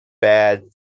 bad